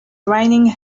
raining